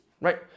right